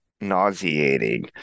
nauseating